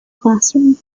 classroom